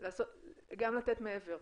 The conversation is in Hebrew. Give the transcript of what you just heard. גם לתת מעבר.